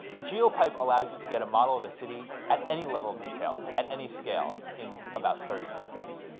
geopipe allows you to get a model of a city at any level of detail, at any scale, in about thirty seconds.